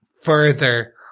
further